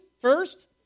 first